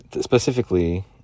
Specifically